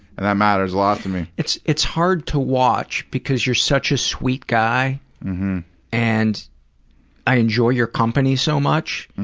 and that matters a lot to me. it's it's hard to watch because you're such a sweet guy and i enjoy your company so much,